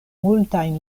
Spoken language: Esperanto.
multajn